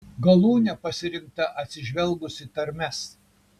galūnė pasirinkta atsižvelgus į tarmes